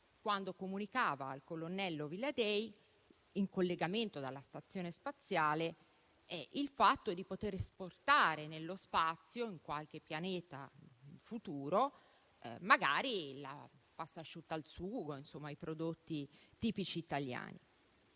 quando comunicava al colonnello Villadei, in collegamento dalla stazione spaziale internazionale, il fatto di poter esportare nello spazio, in qualche pianeta futuro, la pastasciutta al sugo e i prodotti tipici italiani.